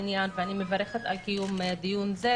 ואני מברכת על קיום דיון זה.